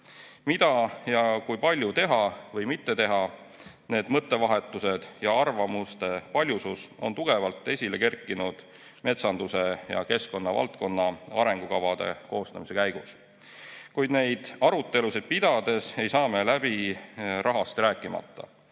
Mida ja kui palju teha või mitte teha, need mõttevahetused ja arvamuste paljusus on tugevalt esile kerkinud metsanduse ja keskkonnavaldkonna arengukavade koostamise käigus. Kuid neid arutelusid pidades ei saa me läbi rahast rääkimata.